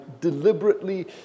deliberately